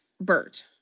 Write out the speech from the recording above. Bert